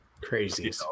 Crazy